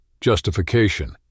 justification